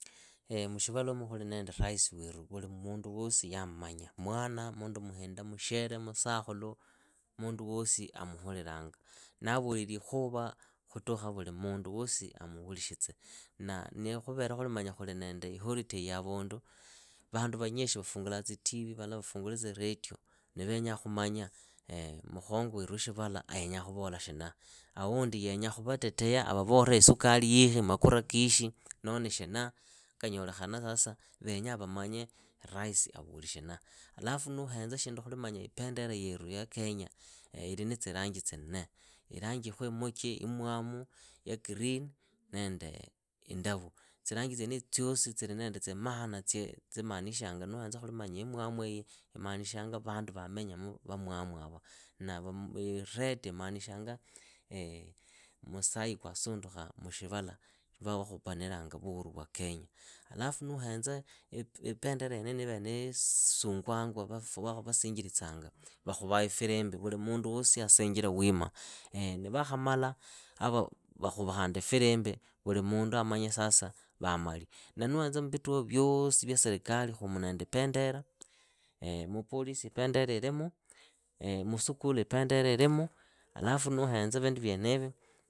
mushivalumu khuli nende rais weru mundu wosi yammanya. mwana mundu muhinda mushere musakhulu, mundu wosi amuhulilanga. Navoli likhuva khutukha vuli mundu wosi amuhulikhitse, na ni khuvele ni i holiday avundu, vandu vanyishi vafungulaa tsitivi vala vafungule tsilieto. nivenyaakhumanya mukhongo weru wa shivala yenya khuvola shina. Awundi yenya khuvatetea avavore isukari yikhi makura kikhi noo ni shina, hakanyolekhana sasa venyaa vamanye rais avoli shina. Alafu nuhenza shindu khuli ipendera yeru ya kenya ili na tsiranji tsinne. Iranji iikhu imuchi, imwamu, ya green nende indavu. Tsiranji tsienitsi tsiosi tsili na tsimaana tsiimanishanga. Nuhenza khuli manya imwamu iyi imanishanga vandu vamenyamu vamwamu yava, red imanishanga musai kwasundukha mushivala lwa vakhupaniranga vuhuru vya kenya. Alafu nuuhenza ipendera yene niivere nisungwanga vasinjiritsanga vakhuvaa ifilimbi vuli mundu wosi asinjire wima, ni vakhamala vakhuva khandi ifirimbi vuli mundu amanye sasa vamali. Na nuhenza mmbituo vyosi vya serekali khumu nende ipendera mupolisi ipendera ilimu, musukulu ipendera ilimu, alafu nuhenza vindu vyenivi